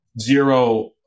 zero